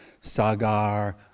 Sagar